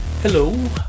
Hello